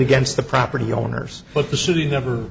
against the property owners but the city never